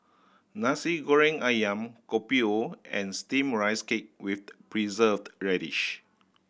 Nasi Goreng Ayam Kopi O and Steamed Rice Cake with Preserved Radish